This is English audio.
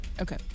okay